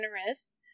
generous